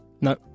No